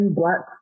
black